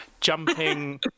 jumping